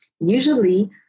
usually